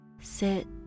sit